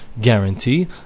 guarantee